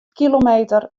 kilometer